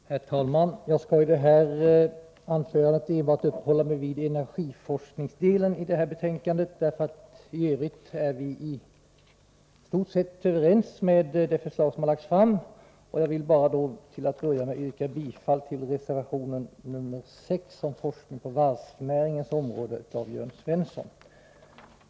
Herr talman! Jag skall i detta anförande enbart uppehålla mig vid energiforskningsdelen i detta betänkande. I övrigt är vi i stort sett överens om de förslag som har lagts fram. Jag vill till att börja med yrka bifall till reservation 6 av Jörn Svensson om forskning på varvsnäringens område.